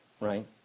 Right